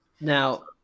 Now